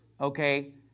okay